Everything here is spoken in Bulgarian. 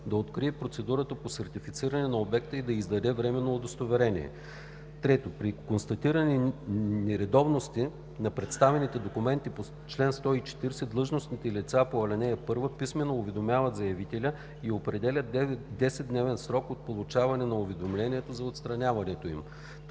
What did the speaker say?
да открие процедурата по сертифициране на обекта и да издаде временно удостоверение. (3) При констатирани нередовности на представените документи по чл. 140 длъжностните лица по ал. 1 писмено уведомяват заявителя и определят 10-дневен срок от получаването на уведомлението за отстраняването им.“